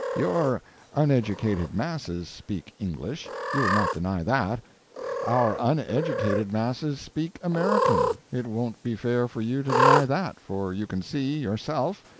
your uneducated masses speak english, you will not deny that our uneducated masses speak american it won't be fair for you to deny that, for you can see, yourself,